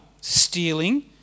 stealing